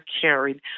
carried